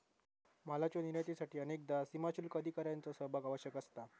मालाच्यो निर्यातीसाठी अनेकदा सीमाशुल्क अधिकाऱ्यांचो सहभाग आवश्यक असता